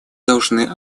должны